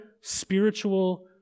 spiritual